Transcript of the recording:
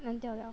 烂掉了